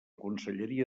conselleria